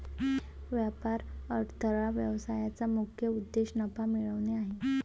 व्यापार अडथळा व्यवसायाचा मुख्य उद्देश नफा मिळवणे आहे